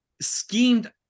schemed